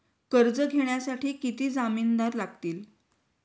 कर्ज घेण्यासाठी किती जामिनदार लागतील?